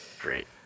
Great